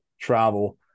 travel